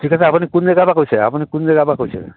ঠিক আছে আপুনি কোন জেগাৰ পৰা কৈছে আপুনি কোন জেগাৰ পৰা কৈছে